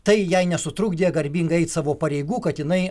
tai jai nesutrukdė garbingai eit savo pareigų kad inai